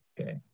Okay